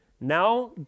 now